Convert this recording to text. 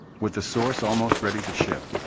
with the source almost ready to ship,